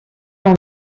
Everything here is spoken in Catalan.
van